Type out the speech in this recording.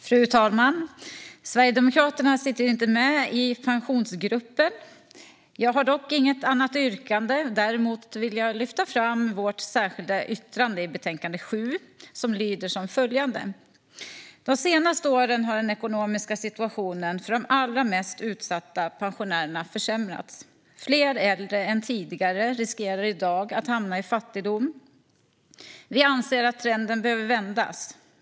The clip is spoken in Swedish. Fru talman! Sverigedemokraterna sitter inte med i Pensionsgruppen. Jag har dock inget annat yrkande. Jag vill dock lyfta fram vårt särskilda yttrande i betänkandet, som lyder som följer: "De senaste åren har den ekonomiska situationen för de allra mest utsatta pensionärerna försämrats. Fler äldre än tidigare riskerar i dag att hamna i fattigdom. Vi anser att trenden behöver vändas.